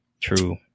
True